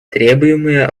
требуемое